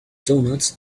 doughnuts